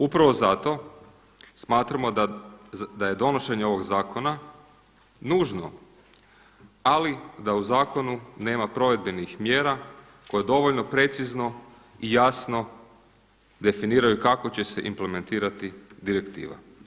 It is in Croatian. Upravo zato smatramo da je donošenje ovog zakona nužno, ali da u zakonu nema provedbenih mjera koje dovoljno precizno i jasno definiraju kako će se implementirati direktiva.